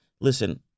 listen